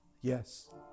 Yes